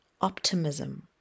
optimism